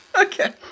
Okay